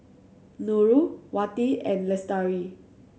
Nurul Wati and Lestari